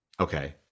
Okay